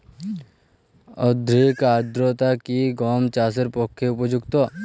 অধিক আর্দ্রতা কি গম চাষের পক্ষে উপযুক্ত?